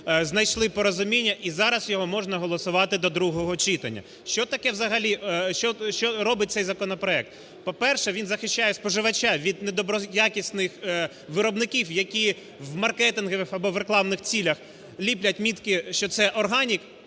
знайшли порозуміння і зараз його можна голосувати до другого читання. Що таке взагалі… що робить цей законопроект? По-перше, він захищає споживача від недоброякісних виробників, які в маркетингових або в рекламних цілях ліплять мітки, що це органік,